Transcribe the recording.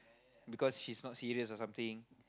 because she's not serious or something